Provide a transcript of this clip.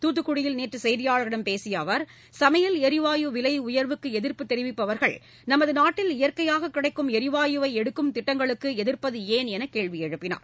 தூத்துக்குடியில் நேற்று செய்தியாளர்களிடம் பேசிய அவர் சமையல் எரிவாயு விலை உயர்வுக்கு எதிர்ப்பு தெரிவிப்பவர்கள் நமது நாட்டில் இயற்கையாக கிடைக்கும் எரிவாயுவை எடுக்கும் திட்டங்களுக்கு எதிர்ப்பது ஏன் என்று கேள்வி எழுப்பினார்